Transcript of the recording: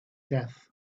death